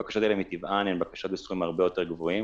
הבקשות האלה מטבען הן בקשות בסכומים הרבה יותר גבוהים.